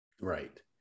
Right